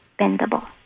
bendable